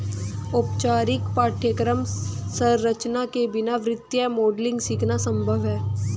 औपचारिक पाठ्यक्रम संरचना के बिना वित्तीय मॉडलिंग सीखना संभव हैं